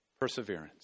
perseverance